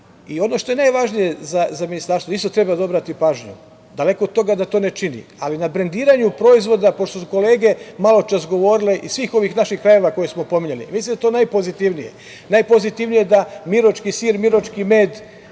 što je najvažnije za Ministarstvo i na šta isto treba da obrati pažnju, daleko od toga da to ne čini, ali na brendiranju proizvoda, pošto su kolege maločas govorile iz svih ovih naših krajeva koje smo pominjali. Mislim da je to najpozitivnije. Najpozitivnije je da miročki sir, miročki med,